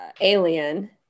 Alien